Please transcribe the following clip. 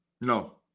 no